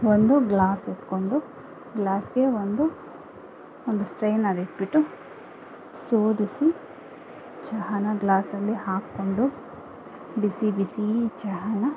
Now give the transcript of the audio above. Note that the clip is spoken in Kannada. ಒಂದು ಗ್ಲಾಸ್ ಎತ್ಕೊಂಡು ಗ್ಲಾಸ್ಗೆ ಒಂದು ಒಂದು ಸ್ಟ್ರೈನರ್ ಇಟ್ಬಿಟ್ಟು ಶೋಧಿಸಿ ಚಹಾನ ಗ್ಲಾಸಲ್ಲಿ ಹಾಕ್ಕೊಂಡು ಬಿಸಿ ಬಿಸೀ ಚಹಾನ